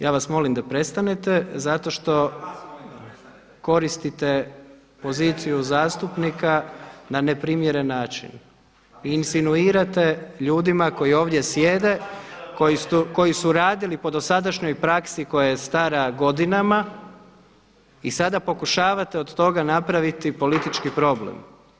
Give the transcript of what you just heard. Ja vas molim da prestanete zato što koristite poziciju zastupnika na neprimjeren način i insinuirate ljudima koji ovdje sjede, koji su radili po dosadašnjoj praksi koja je stara godinama i sada pokušavate od toga napraviti politički problem.